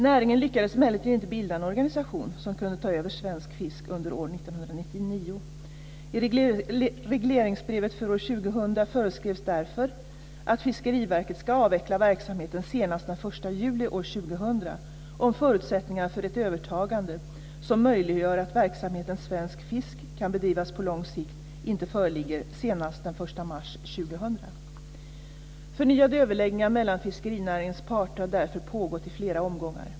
Näringen lyckades emellertid inte bilda en organisation som kunde ta över Svensk Fisk under år 1999. 1 juli 2000 om förutsättningar för ett övertagande, som möjliggör att verksamheten Svensk Fisk kan bedrivas på lång sikt, inte föreligger senast den Förnyade överläggningar mellan fiskerinäringens parter har därefter pågått i flera omgångar.